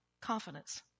confidence